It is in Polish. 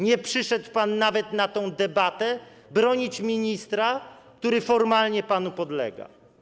Nie przyszedł pan nawet na tę debatę bronić ministra, który formalnie panu podlega.